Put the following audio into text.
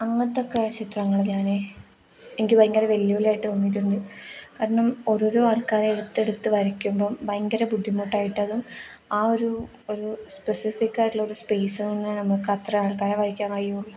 അങ്ങനെത്തെയൊക്കെ ചിത്രങ്ങൾ ഞാൻ എനിക്ക് ഭയങ്കര വെല്ലുവിളിയായിട്ട് തോന്നിയിട്ടുണ്ട് കാരണം ഓരോരോ ആൾക്കാരെ എടുത്ത് എടുത്ത് വരയ്ക്കുമ്പം ഭയങ്കര ബുദ്ധിമുട്ടായിട്ടതും ആ ഒരു ഒരു സ്പെസിഫിക്കായിയിട്ടുള്ളൊരു സ്പേസ് തന്നെ നമുക്ക് അത്ര ആൾക്കാരെ വരയ്ക്കാൻ കഴിയുള്ളൂ